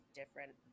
different